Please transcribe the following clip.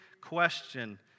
question